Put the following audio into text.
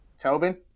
Tobin